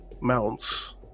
mounts